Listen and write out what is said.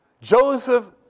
Joseph